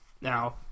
Now